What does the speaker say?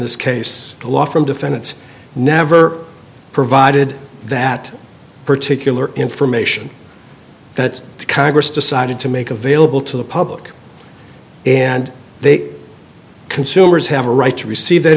this case the law from defendants never provided that particular information that congress decided to make available to the public and they consumers have a right to receive that